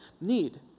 need